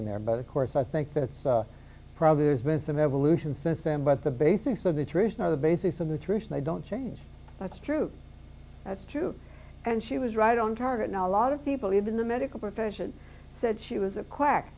in there but of course i think that it's probably there's been some evolution since then but the basics of the tradition are the basics of the truth and they don't change that's true that's true and she was right on target now a lot of people even the medical profession said she was a quack